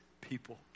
people